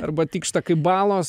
arba tykšta kaip balos